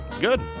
good